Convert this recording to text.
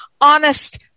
Honest